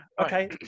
okay